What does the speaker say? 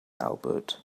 albert